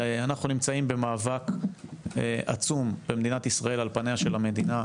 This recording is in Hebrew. אנחנו נמצאים במאבק עצום במדינת ישראל על פניה של המדינה,